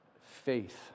faith